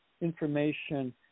information